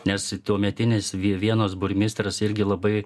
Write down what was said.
nes tuometinis vienos burmistras irgi labai